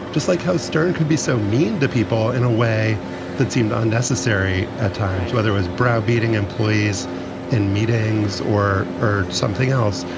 just like howard stern could be so mean to people in a way that seemed unnecessary at times, whether it was browbeating employees in meetings or erd something else.